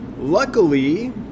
Luckily